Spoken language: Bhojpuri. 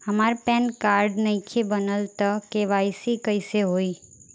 हमार पैन कार्ड नईखे बनल त के.वाइ.सी कइसे होई?